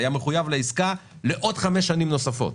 היה מחויב לעסקה לעוד חמש שנים נוספות.